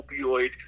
opioid